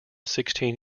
sixteen